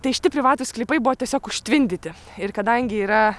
tai šiti privatūs sklypai buvo tiesiog užtvindyti ir kadangi yra